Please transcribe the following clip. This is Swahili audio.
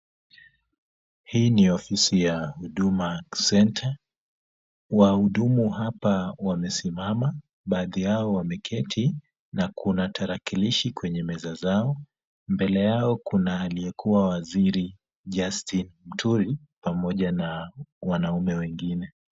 Hii ni ofisi ya Huduma Center . Wahudumu hapa wamesimama, baadhi yao wameketi na kuna tarakilishi kwenye meza zao. Mbele yao kuna aliyekuwa waziri Justin Muturi pamoja na wanaume wengine.